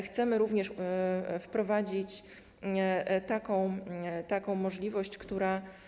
Chcemy również wprowadzić taką możliwość, która.